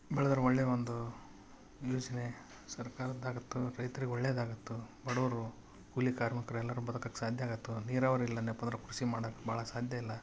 ಬೆಳೆದ್ರೆ ಒಳ್ಳೆ ಒಂದು ಯೋಜನೆ ಸರ್ಕಾರದಾಗತ್ತೆ ರೈತರಿಗೆ ಒಳ್ಳೇದಾಗತ್ತೆ ಬಡವರು ಕೂಲಿ ಕಾರ್ಮಿಕರೆಲ್ಲರು ಬದುಕಕೆ ಸಾಧ್ಯ ಆಗತ್ತೆ ನೀರಾವರಿ ಇಲ್ಲನ್ನೆಪ್ಪ ಅಂದ್ರೆ ಕೃಷಿ ಮಾಡಕೆ ಭಾಳ ಸಾಧ್ಯಯಿಲ್ಲ